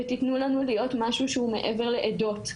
ותנו לנו להיות משהו שהוא מעבר לעדות.